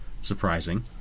surprising